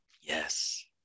Yes